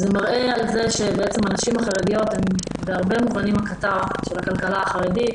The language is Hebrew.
זה מראה על כך שהנשים החרדיות הן בהרבה מובנים הקטר של הכלכלה החרדית,